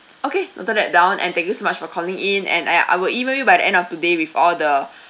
okay noted that down and thank you so much for calling in and ah ya I will email you by the end of today with all the